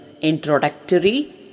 introductory